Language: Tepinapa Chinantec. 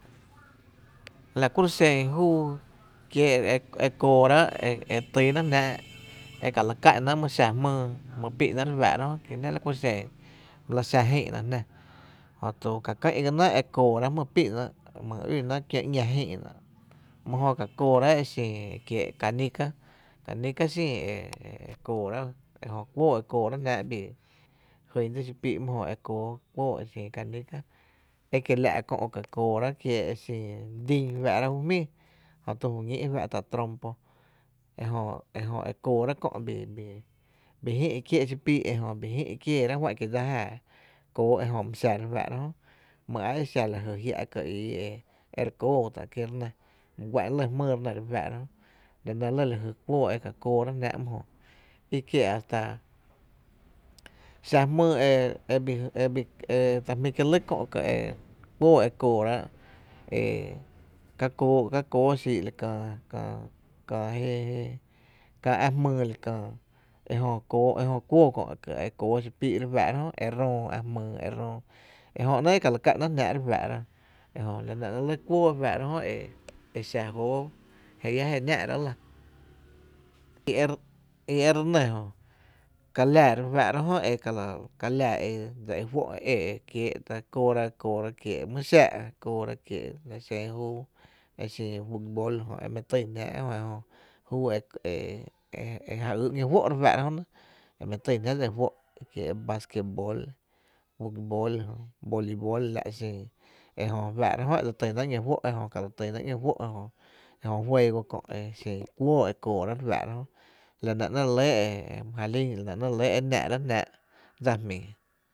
La kuro’ xen júú kiee’ e kóorá’ e tynáá’ jnáá’ e ka la ká’naá’ e my xa jmýý e jmý pii’náá’ re fá´’ra jö. ki la ku xen my la xá jïï’ na jná jöto ka kýn ga ná e kooráá’ jmý pí’na kió, ‘ñá jïï’na, my jö ka kóorá’ exin ekiee’ canica, canica xin e kiee’ e kooráá’, ejö kuóó e koorá’ jnáá e bii jyn dsí xipíí’ my jö ekóó e xin canica e kiela’ Kö’ E KOORÁ’ EKIEE’ e xin din fáá’ra’ ju jmíí jö to ju ñíi’ fá’tá’ trompo ejö, ejö e koorá’ kö’ bii, bii jï’ kié’ xipíi’ ejö, bii jï’ kié’ ejö bii jï’ kieerá’ fá’n kie’ dsa jáaá kóó ejö my xa re fáá’ra jmý a e xa jia’ka ii e re kóó tá’ ki my guá’n jmyy re nɇ re fáá’ra jöla nɇ lɇ lajy kuóó e ka kóórá’ jnáá’ my jö i kie’ hasta xa jmýý e e bi, e ta jmí’ kié’ lɇ kö ka’ e kuoo ekoorá’, e ka kóó xi’ la kä la kää je ä’ jmyy la kää ejö kuóó kö’ e kóó xipíí’ e re nɇ e röö ä’ jmyy e röö ejö ‘néé’ e ka la ká’náá’ jnáá’ re fáá’ra e re fáá’ra jö e e xa jóoó je iá je náá’ráá’ lⱥ i e re nɇ jö ka láá re fáá’ra jö ka laa e dse e juó’ e kiee’ e koo ekiee’ my xáá’ la xen júú exin futbol jö e mi tyn jnáá’ ejö juu e e e ja yy ‘ño juó’ re fáá’ra jö nɇ e mi týn jnáá dsa e juó’ ekiee’ vasquetbol, futbol, volibol, la’ xin ejö re fáá’ra jö e ka la tyna’ ‘ño juó’, ejö juego kö e ka lɇ tynáá’ ´ño juó, e nɇ néé’ jö e la re lɇ e náá’ jnáá’ dsa jmíi.